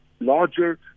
larger